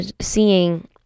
seeing